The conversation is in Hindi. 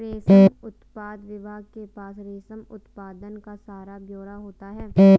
रेशम उत्पादन विभाग के पास रेशम उत्पादन का सारा ब्यौरा होता है